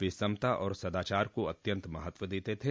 वे समता और सदाचार को अत्यंत महत्व देते थे